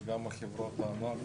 וגם חברות הענק